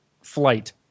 flight